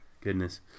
Goodness